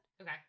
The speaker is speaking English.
okay